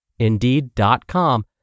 indeed.com